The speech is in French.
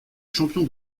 champion